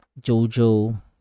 JoJo